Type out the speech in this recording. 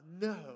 no